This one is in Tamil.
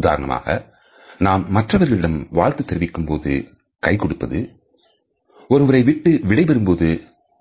உதாரணமாக நாம் மற்றவர்களிடம் வாழ்த்து தெரிவிக்கும் போது கைகொடுப்பது ஒருவரை விட்டு விடைபெறும்போது